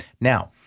Now